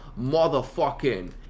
motherfucking